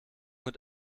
mit